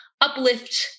uplift